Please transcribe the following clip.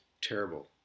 terrible